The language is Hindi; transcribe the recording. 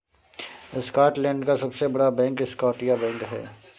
स्कॉटलैंड का सबसे बड़ा बैंक स्कॉटिया बैंक है